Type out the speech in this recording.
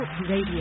RADIO